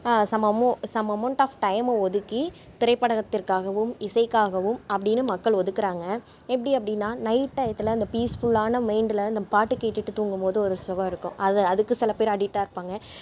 some some amount of time ஒதுக்கி திரைபடத்திற்காகவும் இசைக்காவும் அப்படின்னு மக்கள் ஒதுக்குறாங்க எப்படி அப்படின்னா நைட் டயத்தில் அந்த பீஸ்ஃபுல்லான மைண்டில் அந்த பாட்டு கேட்டுகிட்டு தூங்கும்போதும் ஒரு சுகம் இருக்கும் அதை அதுக்கு சில பேர் அடிக்டாக இருப்பாங்க